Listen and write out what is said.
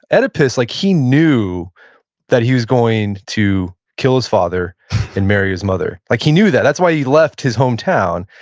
oedipus, like he knew that he was going to kill his father and marry his mother. like he knew that. that's why he left his hometown.